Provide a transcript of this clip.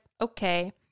okay